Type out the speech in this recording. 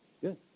Good